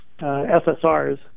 SSRs